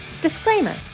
Disclaimer